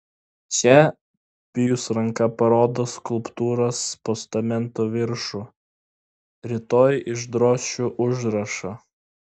čia pijus ranka parodo skulptūros postamento viršų rytoj išdrošiu užrašą